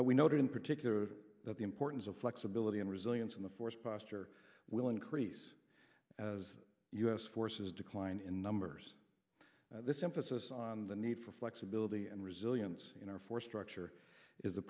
s we noted in particular that the importance of flexibility and resilience in the force posture will increase as u s forces decline in numbers this emphasis on the need for flexibility and resilience in our force structure is the